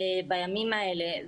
בימים האלה,